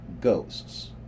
ghosts